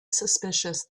suspicious